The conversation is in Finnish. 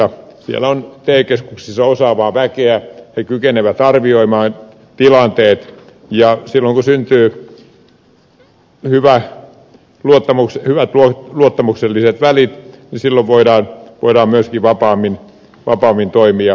siellä on te keskuksissa osaavaa väkeä he kykenevät arvioimaan tilanteet ja kun syntyy hyvät luottamukselliset välit silloin voidaan myöskin vapaammin toimia